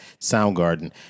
Soundgarden